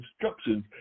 instructions